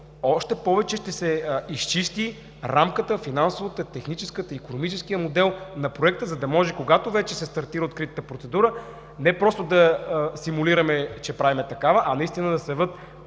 още повече ще се изчисти рамката – финансовата, техническата, икономическия модел на проекта, за да може, когато вече се стартира откритата процедура, не просто да симулираме, че правим такава, а наистина да се явят